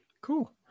Cool